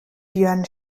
björn